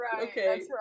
okay